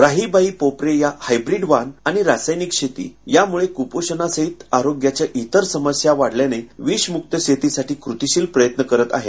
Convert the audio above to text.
राहीबाई पोपेरे या हायब्रीड वाण आणि रासायनिक शेती यामुळे कुपोषणासहित आरोग्याच्या इतर समस्या वाढल्याने विषमुक्त शेतीसाठी कृतिशील प्रयत्न करीत आहेत